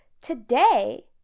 Today